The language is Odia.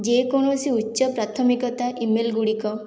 ଯେକୌଣସି ଉଚ୍ଚ ପ୍ରାଥମିକତା ଇମେଲ୍ ଗୁଡିକ